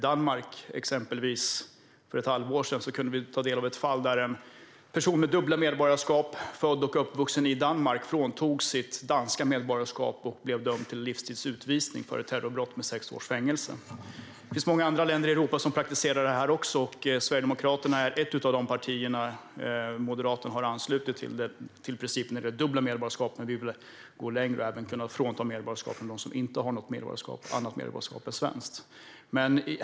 Vi kunde exempelvis ta del av ett fall i Danmark där en person med dubbelt medborgarskap, född och uppvuxen i Danmark, fråntogs sitt danska medborgarskap och blev dömd till livstids utvisning för ett terrorbrott med sex års fängelse. Det finns många andra länder i Europa som också praktiserar det här, och Sverigedemokraterna är ett av de partier som står bakom detta. Moderaterna har anslutit sig till principen när det gäller det dubbla medborgarskapet, men vi vill gå längre och även kunna frånta dem som inte har något annat medborgarskap än svenskt deras medborgarskap.